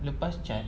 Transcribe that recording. lepas cat